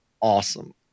awesome